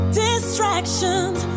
distractions